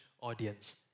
audience